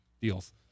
deals